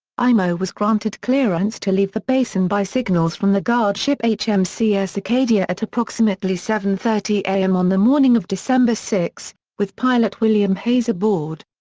imo was granted clearance to leave the basin by signals from the guard ship hmcs acadia at approximately seven thirty am on the morning of december six, with pilot william hayes aboard.